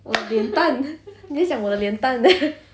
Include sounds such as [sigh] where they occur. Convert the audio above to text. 脸蛋你在讲我的脸蛋 [laughs]